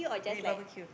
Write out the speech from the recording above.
then you barbecue